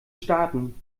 starten